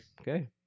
Okay